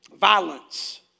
violence